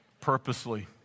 purposely